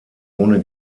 ohne